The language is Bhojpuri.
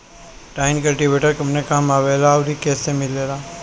टाइन कल्टीवेटर कवने काम आवेला आउर इ कैसे मिली?